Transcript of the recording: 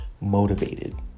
motivated